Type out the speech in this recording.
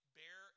bear